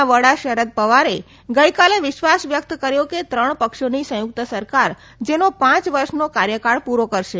ના વડા શરદ પવારે ગઇકાલે વિશ્વાસ વ્યક્ત કર્યો કે ત્રણ પક્ષોની સંયુક્ત સરકાર તેનો પાંચ વર્ષનો કાર્યકાળ પૂરો કરશે